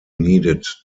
needed